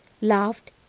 laughed